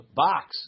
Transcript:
box